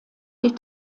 die